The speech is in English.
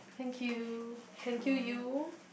thank you thank you you